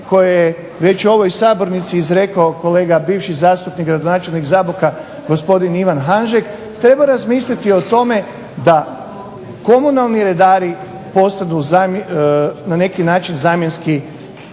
koje je već u ovoj sabornici izrekao kolega bivši zastupnik gradonačelnik Zaboka gospodin Ivan Hanžek, treba razmisliti o tome da komunalni redari postanu na neki način zamjenski